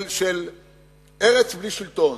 של ארץ בלי שלטון,